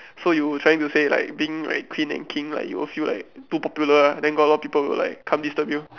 so you trying to say like being like queen and king like you will feel like too popular ah then got a lot of people will like come disturb you